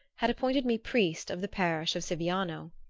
had appointed me priest of the parish of siviano.